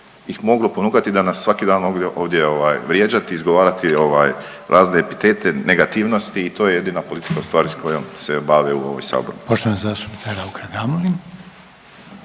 ih moglo ponukati da nas svaki dan mogu ovdje vrijeđati, izgovarati razne epitete, negativnosti i to je jedina politika u stvari sa kojom se bave u ovoj sabornici. **Reiner, Željko